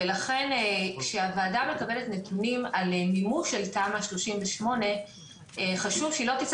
ולכן כשהוועדה מקבלת נתונים על מימוש של תמ"א 38 חשוב שהיא לא תצא